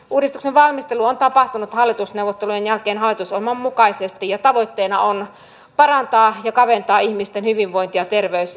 uudistuksen valmistelu on tapahtunut hallitusneuvotteluiden jälkeen hallitusohjelman mukaisesti ja tavoitteena on parantaa ja kaventaa ihmisten hyvinvointi ja terveyseroja